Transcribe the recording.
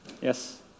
Yes